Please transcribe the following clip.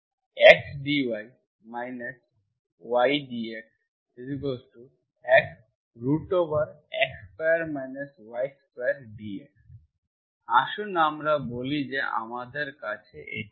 x dy y dx xx2 y2 dx আসুন আমরা বলি যে আমাদের কাছে এটি আছে